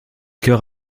chœurs